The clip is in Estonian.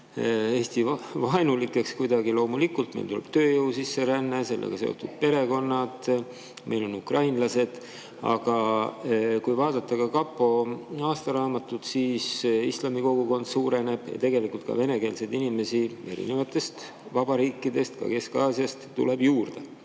Eesti-vaenulikeks. Loomulikult, meil on tööjõu sisseränne, sellega on seotud perekonnad, meil on siin ukrainlased. Aga kui vaadata ka kapo aastaraamatut, siis näeme, et islami kogukond suureneb ja tegelikult ka venekeelseid inimesi erinevatest vabariikidest, ka Kesk-Aasiast, tuleb juurde.